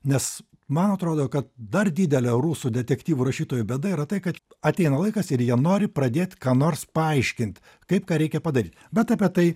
nes man atrodo kad dar didelė rusų detektyvų rašytojų bėda yra tai kad ateina laikas ir jie nori pradėt ką nors paaiškint kaip ką reikia padaryt bet apie tai